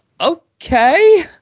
okay